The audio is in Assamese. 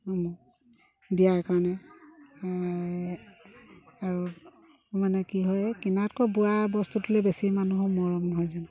দিয়াৰ কাৰণে আৰু মানে কি হয় কিনাতকৈ বোৱা বস্তুটোলৈ বেছি মানুহৰ মৰম নহয় জানো